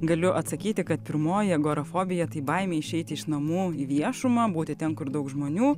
galiu atsakyti kad pirmoji agorafobija tai baimė išeiti iš namų į viešumą būti ten kur daug žmonių